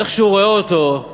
איך שהוא רואה אותו,